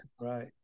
right